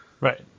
Right